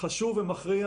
לכל מיני גופים